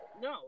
No